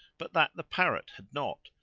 but that the parrot had not,